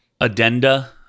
addenda